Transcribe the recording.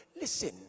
listen